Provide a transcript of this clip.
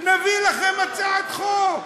נביא לכם הצעת חוק.